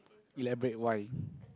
elaborate why